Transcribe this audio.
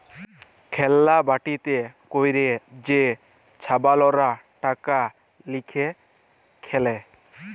খেল্লা বাটিতে ক্যইরে যে ছাবালরা টাকা লিঁয়ে খেলে